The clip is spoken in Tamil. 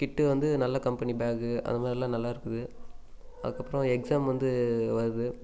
கிட்டு வந்து நல்ல கம்பெனி பேகு அது மாதிரிலாம் நல்லா இருக்குது அதுக்கப்புறம் எக்ஸாம் வந்து வருது